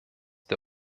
der